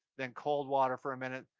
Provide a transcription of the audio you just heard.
then cold water for a minute,